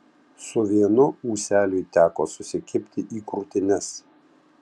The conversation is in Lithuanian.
su vienu ūseliui teko susikibti į krūtines